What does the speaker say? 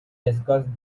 discussed